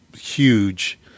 huge